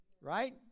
right